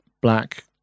black